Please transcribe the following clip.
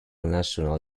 national